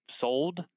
sold